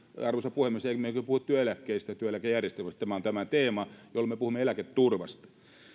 arvoisa puhemies emmekö puhu työeläkkeistä työeläkejärjestelmästä tämä on tämä teema jolloin me puhumme eläketurvasta